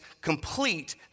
complete